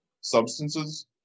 substances